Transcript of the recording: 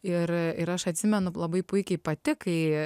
ir ir aš atsimenu labai puikiai pati kai